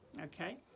okay